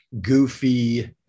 goofy